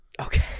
Okay